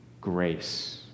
grace